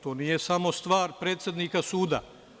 To nije samo stvar predsednika suda.